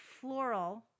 floral